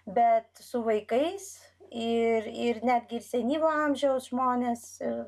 bet su vaikais ir ir netgi ir senyvo amžiaus žmonės ir